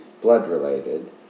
blood-related